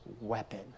weapon